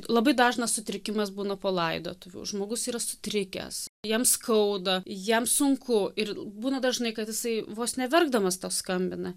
labai dažnas sutrikimas būna po laidotuvių žmogus yra sutrikęs jam skauda jam sunku ir būna dažnai kad jisai vos neverkdamas tau skambina